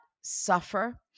suffer